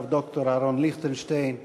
הרב ד"ר אהרן ליכטנשטיין,